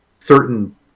certain